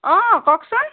অঁ কওকচোন